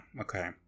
okay